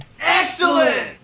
Excellent